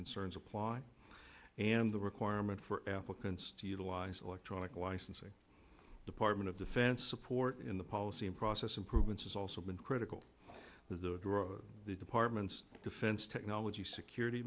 concerns apply and the requirement for applicants to utilize electronic licensing department of defense support in the policy and process improvements has also been critical to the department's defense technology security